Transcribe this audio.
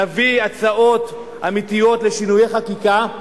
נביא הצעות אמיתיות לשינויי חקיקה,